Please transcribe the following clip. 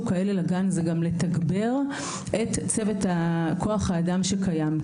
כאלה לגן זה גם לתגבר את צוות כוח אדם שקיים.